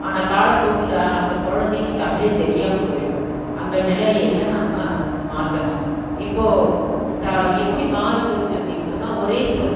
ஆனால் காலப்போக்கில் அந்த குழந்தைக்கி தமிழே தெரியாமல் போயிடும் அந்த நிலையில்ல நாம் மாற்றணும் இப்போது தா எப்படி மாறிப்போச்சு அப்படின் சொன்னால் ஒரே சொல்